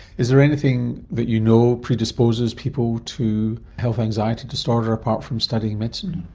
is there anything that you know predisposes people to health anxiety disorder, apart from studying medicine?